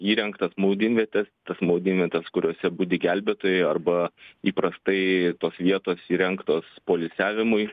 įrengtas maudynvietes tas maudynvietes kuriose budi gelbėtojai arba įprastai tos vietos įrengtos poilsiavimui